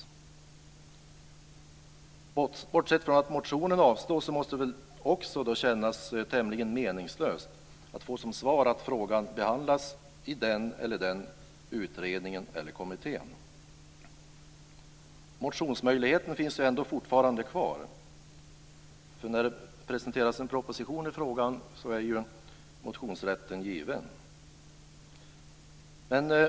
Bortsett från att motionen avslås måste det väl också kännas tämligen meningslöst att få som svar att frågan behandlas i den eller den utredningen eller kommittén. Motionsmöjligheten finns ju ändå fortfarande kvar. När det presenteras en proposition i frågan är motionsrätten given.